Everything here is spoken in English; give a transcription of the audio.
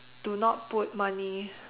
do not put money